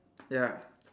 ya